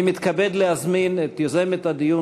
אני מתכבד להזמין את יוזמת הדיון,